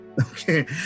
okay